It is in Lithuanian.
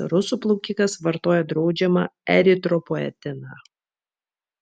rusų plaukikas vartojo draudžiamą eritropoetiną